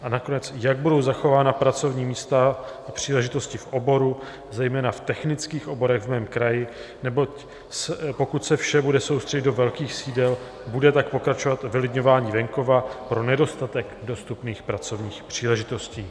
A nakonec, jak budou zachována pracovní místa a příležitosti v oboru, zejména v technických oborech v mém kraji, neboť pokud se vše bude soustředit do velkých sídel, bude tak pokračovat vylidňování venkova pro nedostatek dostupných pracovních příležitostí.